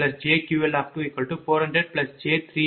4j0